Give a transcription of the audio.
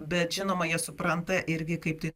bet žinoma jie supranta irgi kaip tai